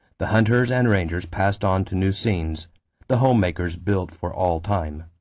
the hunters and rangers passed on to new scenes the home makers built for all time.